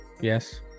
Yes